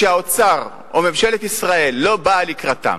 שהאוצר, או ממשלת ישראל, לא באה לקראתם,